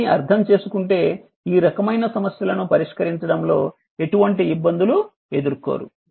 ఇవన్నీ అర్థం చేసుకుంటే ఈ రకమైన సమస్యలను పరిష్కరించడంలో ఎటువంటి ఇబ్బందులు ఎదుర్కోరు